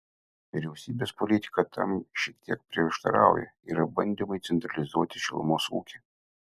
vyriausybės politika tam šiek tiek prieštarauja yra bandymai centralizuoti šilumos ūkį